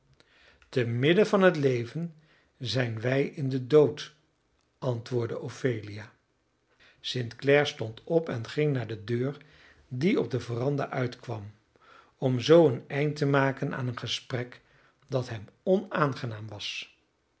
te midden van het leven zijn wij in den dood antwoordde ophelia st clare stond op en ging naar de deur die op de veranda uitkwam om zoo een eind te maken aan een gesprek dat hem onaangenaam was